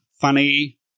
funny